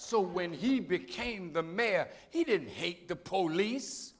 so when he became the mayor he didn't hate the poli